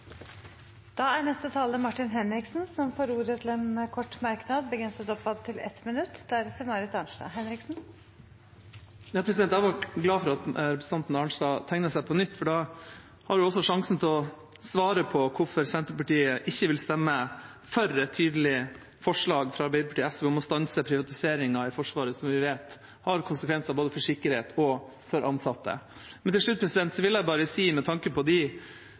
får ordet til en kort merknad, begrenset til inntil 1 minutt. Jeg er glad for at representanten Arnstad tegnet seg på nytt, for da har hun også sjansen til å svare på hvorfor Senterpartiet ikke vil stemme for et tydelig forslag fra Arbeiderpartiet og SV om å stanse privatiseringen i Forsvaret, som vi vet har konsekvenser både for sikkerhet og for ansatte. Til slutt vil jeg bare si – med tanke på de